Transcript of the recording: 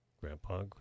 grandpa